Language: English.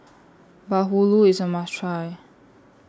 Bahulu IS A must Try